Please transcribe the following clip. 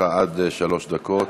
עד שלוש דקות.